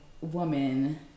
woman